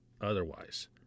otherwise